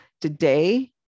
today